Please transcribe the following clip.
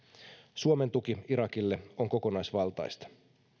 suomen tuki irakille on kokonaisvaltaista